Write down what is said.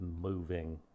moving